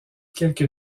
quelques